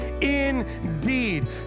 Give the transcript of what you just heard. indeed